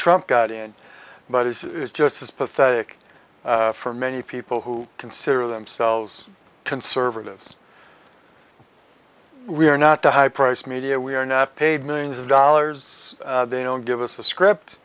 trump got in but it's just as pathetic for many people who consider themselves conservatives we are not the high priced media we are not paid millions of dollars they don't give us a script